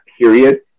period